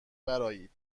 برآیید